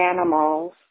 animals